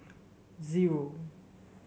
zero